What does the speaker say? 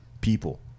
people